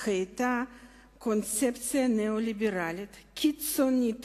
היתה קונספציה ניאו-ליברלית קיצונית